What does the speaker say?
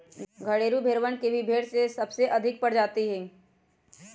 घरेलू भेड़वन भी भेड़ के सबसे अधिक प्रजाति हई